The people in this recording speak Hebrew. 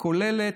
הכוללת,